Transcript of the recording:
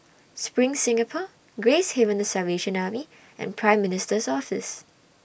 SPRING Singapore Gracehaven The Salvation Army and Prime Minister's Office